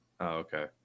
Okay